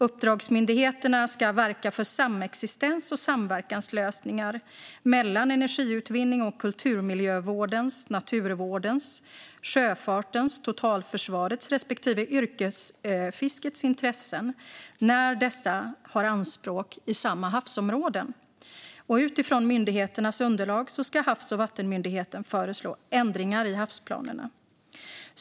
Uppdragsmyndigheterna ska verka för samexistens och samverkanslösningar mellan energiutvinning och kulturmiljövårdens, naturvårdens, sjöfartens, totalförsvarets respektive yrkesfiskets intressen när dessa har anspråk i samma havsområden. Utifrån myndigheternas underlag ska Havs och vattenmyndigheten föreslå ändringar i havsplanerna.